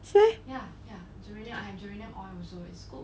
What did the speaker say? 是 meh